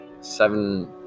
seven